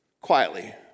quietly